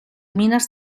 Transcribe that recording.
minas